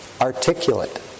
articulate